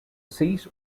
seat